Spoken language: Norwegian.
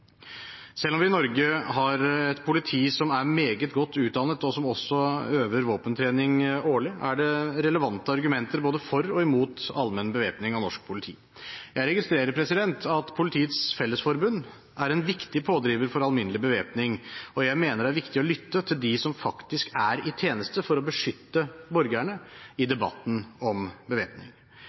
Selv om vi i Norge har et politi som er meget godt utdannet, og som også øver våpentrening årlig, er det relevante argumenter både for og mot allmenn bevæpning av norsk politi. Jeg registrerer at Politiets Fellesforbund er en viktig pådriver for alminnelig bevæpning, og jeg mener det er viktig å lytte til dem som faktisk er i tjeneste for å beskytte borgerne, i debatten om bevæpning.